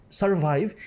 survive